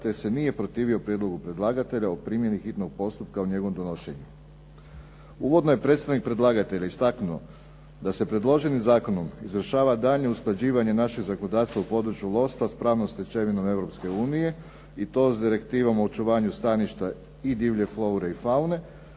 te se nije protivio prijedlogu predlagatelja o primjeni hitnog postupka u njegovom donošenju. Uvodno je predstavnik predlagatelja istaknuo da se predloženim zakonom izvršava daljnje usklađivanje našeg zakonodavstva u području lovstva sa pravnom stečevinom Europske unije i to sa direktivom o očuvanju staništa i divlje flore i faune,